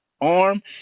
arm